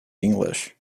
english